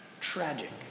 Tragic